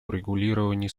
урегулировании